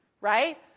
right